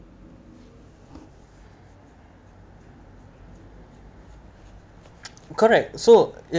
correct so